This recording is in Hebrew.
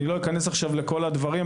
אני לא אכנס עכשיו לכל הדברים,